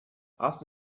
after